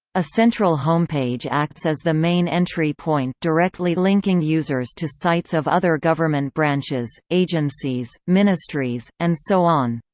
a central homepage acts as the main entry point directly linking users to sites of other government branches, agencies, ministries, and so on.